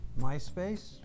MySpace